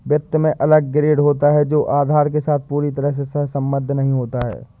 वित्त में अलग ग्रेड होता है जो आधार के साथ पूरी तरह से सहसंबद्ध नहीं होता है